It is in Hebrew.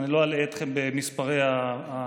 ואני לא אלאה אתכם במספרי ההליכים,